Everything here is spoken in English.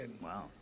Wow